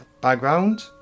background